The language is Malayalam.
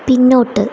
പിന്നോട്ട്